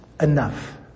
enough